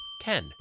Ten